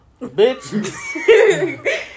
Bitch